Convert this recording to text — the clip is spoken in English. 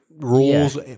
rules